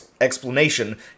explanation